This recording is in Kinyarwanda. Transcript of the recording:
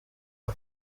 aha